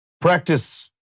practice